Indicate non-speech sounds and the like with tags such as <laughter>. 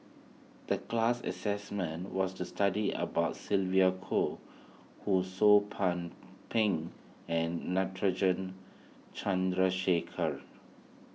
the class assessment was to study about Sylvia Kho Ho Sou <unintelligible> Ping and Natarajan Chandrasekaran